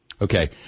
Okay